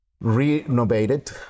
renovated